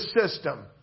system